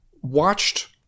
watched